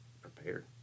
prepared